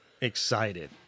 excited